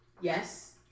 Yes